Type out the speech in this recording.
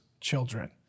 children